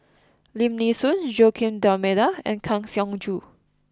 Lim Nee Soon Joaquim D'almeida and Kang Siong Joo